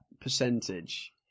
percentage